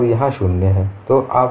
और यहाँ x शून्य है